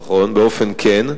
נכון, באופן כן.